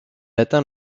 atteint